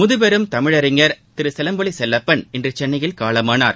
முதுபெரும் தமிழறிஞர் திரு சிலம்பொலி செல்லப்பன் இன்று சென்னையில காலமானார்